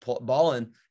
balling